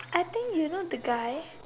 I think you know the guy